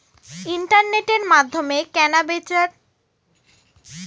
ইন্টারনেটের মাধ্যমে কেনা বেচার ব্যবসাকে ই কমার্স বলা হয়